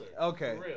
Okay